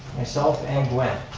myself and gwen.